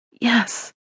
Yes